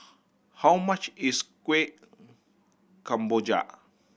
how much is Kueh Kemboja